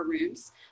rooms